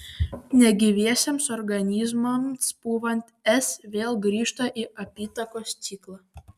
negyviesiems organizmams pūvant s vėl grįžta į apytakos ciklą